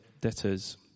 debtors